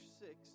six